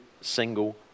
single